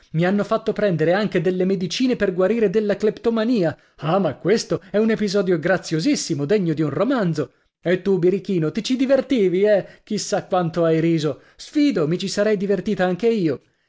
i hanno fatto prendere anche delle medicine per guarire della cleptomania ah ma questo è un episodio graziosissimo degno di un romanzo e tu birichino ti ci divertivi eh chi sa quanto hai riso sfido mi ci sarei divertita anche io